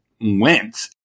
went